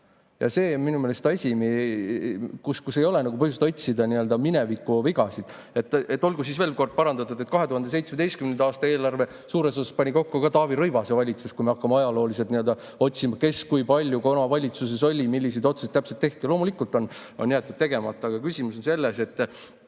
Ja see on minu meelest asi, kus ei ole põhjust otsida mineviku vigasid. Olgu siis veel kord parandatud: 2017. aasta eelarve suures osas pani kokku Taavi Rõivase valitsus, kui me hakkame ajalooliselt otsima, kes kui palju tollal valitsuses oli ja milliseid otsuseid täpselt tehti. Loomulikult on jäetud midagi tegemata. Aga küsimus on selles,